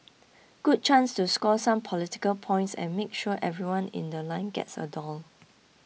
good chance to score some political points and make sure everyone in The Line gets the doll